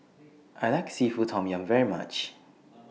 I like Seafood Tom Yum very much